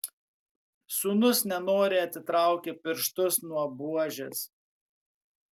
sūnus nenoriai atitraukė pirštus nuo buožės